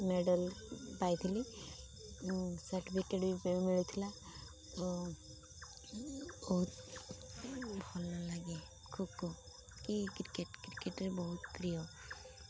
medal ପାଇଥିଲି certificate ବି ମିଳିଥିଲା ଆଉ ବହୁତ ଭଲ ଲାଗେ ଖୋ କୋ କି କ୍ରିକେଟ କ୍ରିକେଟରେ ବହୁତ ପ୍ରିୟ